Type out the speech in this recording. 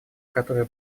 которые